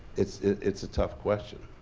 it's it's a tough question.